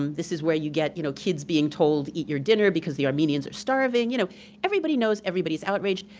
um this is where you get you know kids being told eat your dinner because the armenians are starving. you know everybody knows, everybody's outraged,